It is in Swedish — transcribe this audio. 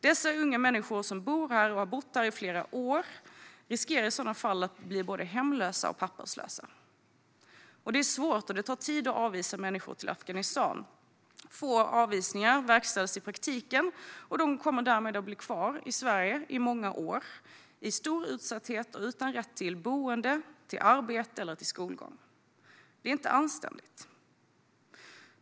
Dessa unga människor, som bor här och har bott här i flera år, riskerar i sådana fall att bli både hemlösa och papperslösa. Det är svårt och tar tid att avvisa människor till Afghanistan. Få avvisningar verkställs i praktiken, så dessa unga kommer att bli kvar i Sverige i många år, i stor utsatthet och utan rätt till boende, arbete eller skolgång. Det är inte anständigt.